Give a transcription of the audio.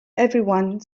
everyone